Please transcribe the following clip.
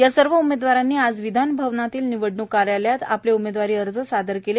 या सर्व उमेदवारांनी आज विधानभवनातील निवडणूक कार्यालयात आपले उमेदवारी अर्ज सादर केले